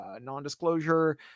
non-disclosure